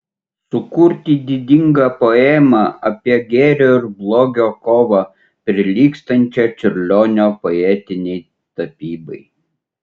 sukurti didingą poemą apie gėrio ir blogio kovą prilygstančią čiurlionio poetinei tapybai